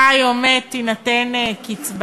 חי או מת, תינתן קצבה.